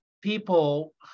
people